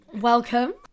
welcome